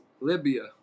Libya